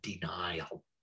denial